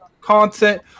content